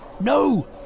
No